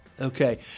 Okay